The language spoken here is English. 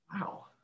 Wow